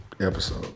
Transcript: episode